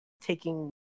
taking